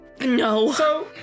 No